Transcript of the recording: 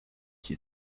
qui